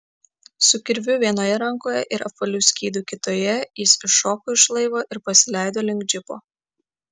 su kirviu vienoje rankoje ir apvaliu skydu kitoje jis iššoko iš laivo ir pasileido link džipo